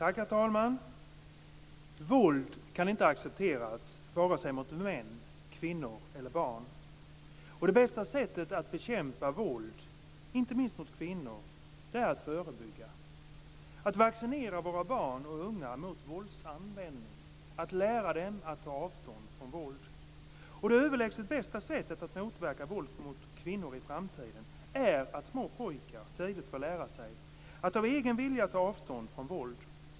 Herr talman! Våld kan inte accepteras, vare sig mot män, kvinnor eller barn. Och det bästa sättet att bekämpa våld, inte minst mot kvinnor, är att förebygga: att vaccinera våra barn och unga mot våldsanvändning, att lära dem att ta avstånd från våld. Det överlägset bästa sättet att motverka våld mot kvinnor i framtiden är att små pojkar tidigt får lära sig att av egen vilja ta avstånd från våld.